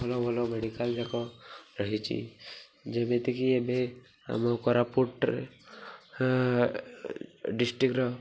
ଭଲ ଭଲ ମେଡ଼ିକାଲ୍ ଯାକ ରହିଛି ଯେମିତିକି ଏବେ ଆମ କୋରାପୁଟରେ ଡିଷ୍ଟ୍ରିକ୍ର